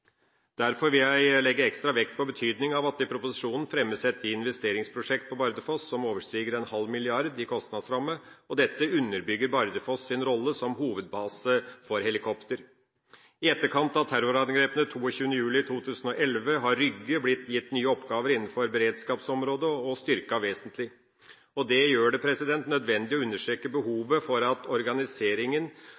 Derfor vil jeg legge ekstra vekt på betydninga av at det i proposisjonen fremmes et investeringsprosjekt på Bardufoss som overstiger en halv milliard i kostnadsramme, og dette underbygger Bardufoss’ rolle som hovedbase for helikopter. I etterkant av terrorangrepene 22. juli 2011 har Rygge blitt gitt nye oppgaver innenfor beredskapsområdet, og blitt styrket vesentlig. Og det gjør det nødvendig å understreke